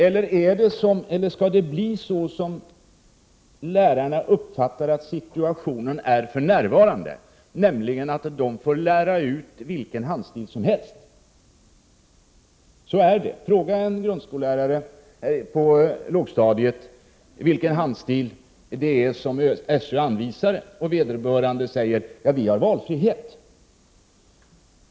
Eller skall det bli så som lärarna uppfattar situationen för närvarande, nämligen att de får lära ut vilken handstil som helst? Fråga en grundskolelärare på lågstadiet vilken handstil som SÖ har anvisat och vederbörande svarar: Vi har valfrihet.